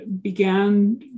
began